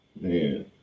man